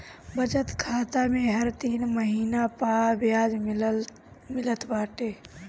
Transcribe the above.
बचत खाता में हर तीन महिना पअ बियाज मिलत बाटे